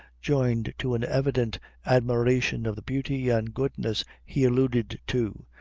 joined to an evident admiration of the beauty and goodness he alluded to,